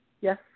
Yes